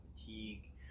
fatigue